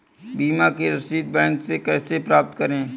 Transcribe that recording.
बीमा की रसीद बैंक से कैसे प्राप्त करें?